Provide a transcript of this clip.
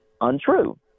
untrue